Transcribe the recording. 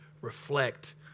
reflect